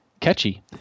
catchy